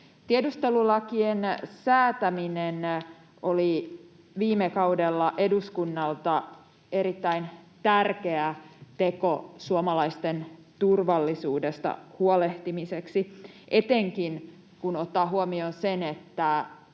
Tiedustelulakien säätäminen oli viime kaudella eduskunnalta erittäin tärkeä teko suomalaisten turvallisuudesta huolehtimiseksi, etenkin kun ottaa huomioon sen, että